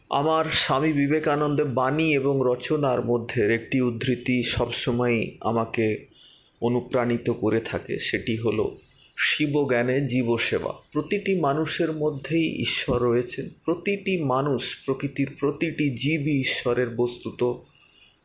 আমার স্বামী বিবেকানন্দ বাণী এবং রচনার মধ্যে একটি উদ্ধৃতি সবসময় আমাকে অনুপ্রাণিত করে থাকে সেটি হলো শিব জ্ঞানে জীব সেবা প্রতিটি মানুষের মধ্যেই ঈশ্বর রয়েছে প্রতিটি মানুষ প্রকৃতির প্রতিটি জীবই ইশ্বরের বস্তুত